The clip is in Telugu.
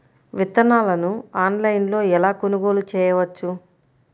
విత్తనాలను ఆన్లైనులో ఎలా కొనుగోలు చేయవచ్చు?